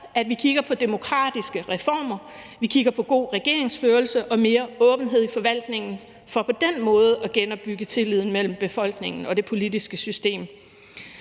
kigger på demokratiske reformer og vi kigger på god regeringsførelse og mere åbenhed i forvaltningen for på den måde at genopbygge tilliden mellem befolkningen og det politiske system.